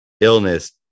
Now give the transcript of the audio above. illness